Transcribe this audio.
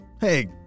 Hey